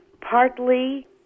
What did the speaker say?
partly